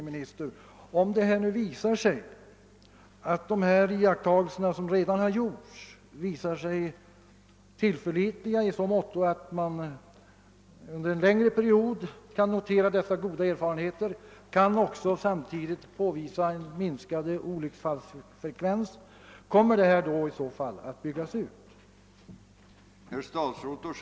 Men om det nu visar sig att de iakttagelser som redan gjorts är tillförlitliga i så måtto att man under en längre period kan notera dessa goda erfarenheter och man samtidigt kan påvisa en minskad olycksfallsfrekvens, skulle det vara intressant att få veta om denna verksamhet kommer att utbyggas.